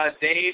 Dave